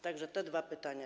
Tak że te dwa pytania.